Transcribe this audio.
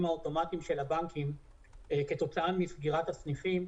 האוטומטיים של הבנקים כתוצאה מסגירת הסניפים,